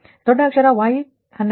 ಮತ್ತು ದೊಡ್ಡ ಅಕ್ಷರ Y12 22